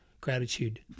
gratitude